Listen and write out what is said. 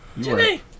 Jimmy